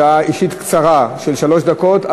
הודעה אישית קצרה של שלוש דקות,